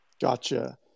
Gotcha